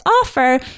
offer